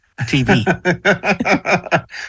TV